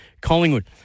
Collingwood